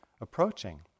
approaching